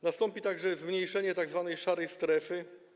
Nastąpi także zmniejszenie tzw. szarej strefy.